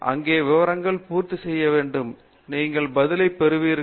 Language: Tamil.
அங்கே விவரங்கள் பூர்த்தி செய்யப்பட வேண்டும் நீங்கள் பதிலை பெறுவீர்கள்